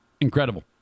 Incredible